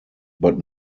but